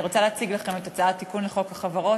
אני רוצה להציג לפניכם את הצעת החוק לתיקון חוק החברות.